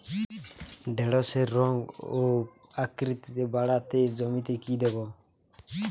ঢেঁড়সের রং ও আকৃতিতে বাড়াতে জমিতে কি দেবো?